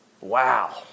Wow